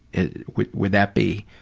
would would that be